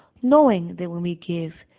knowing that when we give,